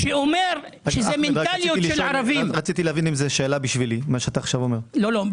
זו שאלה בשבילי מה שאתה אומר עכשיו?